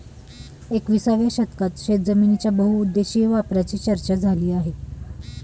एकविसाव्या शतकात शेतजमिनीच्या बहुउद्देशीय वापराची चर्चा झाली आहे